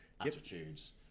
attitudes